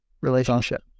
relationship